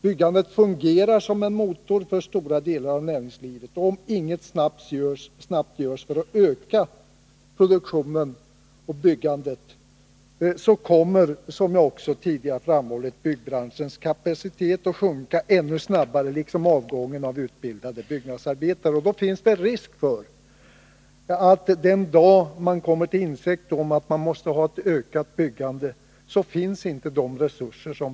Byggandet fungerar som en motor för stora delar av näringslivet. Om inte någonting snabbt görs för att öka byggandet kommer, som jag framhållit tidigare, byggbranschens kapacitet att sjunka ännu mer och avgången av utbildade byggnadsarbetare att öka. Då finns det risk för att de resurser som behövs inte finns den dag då man kommer till insikt om att man måste ha ett ökat byggande.